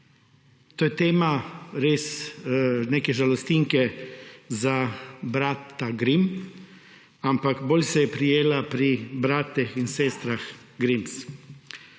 To je tema res neke žalostinke za brata Grimm, ampak bolj se je prijela pri bratih in sestrah Grims.